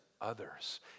others